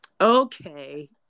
okay